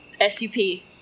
S-U-P